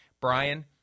Brian